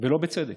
ולא בצדק.